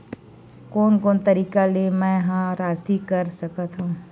कोन कोन तरीका ले मै ह राशि कर सकथव?